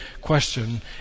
question